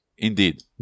Indeed